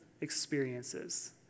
experiences